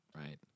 right